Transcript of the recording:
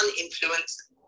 influence